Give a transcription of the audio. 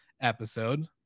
episode